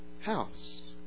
house